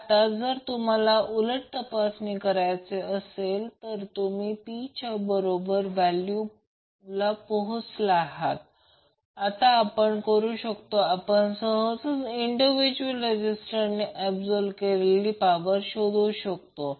आता जर तुम्हाला उलटतपासणी करायची असेल तुम्ही P च्या बरोबर व्हॅल्यूला पोहोचला आहात आपण काय करू शकतो आपण सहजच इंडिव्हिज्युअल रेजिस्टन्सने ऍबसॉर्ब केलेली पॉवर शोधू शकतो